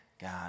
God